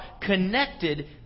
connected